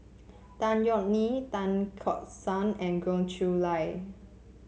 Tan Yeok Nee Tan Tock San and Goh Chiew Lye